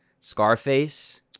Scarface